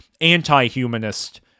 anti-humanist